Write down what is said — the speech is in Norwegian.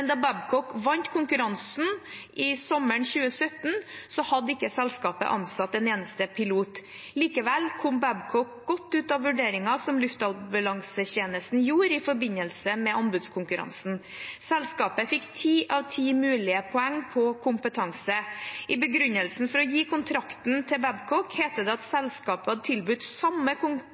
Babcock vant konkurransen sommeren 2017, hadde ikke selskapet ansatt en eneste pilot. Likevel kom Babcock godt ut av vurderingen som Luftambulansetjenesten gjorde i forbindelse med anbudskonkurransen. Selskapet fikk ti av ti mulige poeng på kompetanse. I begrunnelsen for å gi kontrakten til Babcock heter det at selskapet har tilbudt samme